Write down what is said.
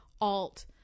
alt